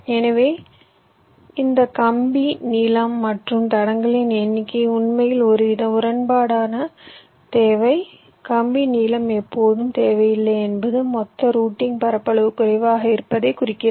எனவே இந்த கம்பி நீளம் மற்றும் தடங்களின் எண்ணிக்கை உண்மையில் ஒருவித முரண்பாடான தேவை கம்பி நீளம் எப்போதும் தேவையில்லை என்பது மொத்த ரூட்டிங் பரப்பளவு குறைவாக இருப்பதைக் குறிக்கிறது